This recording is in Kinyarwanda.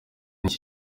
iki